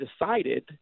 decided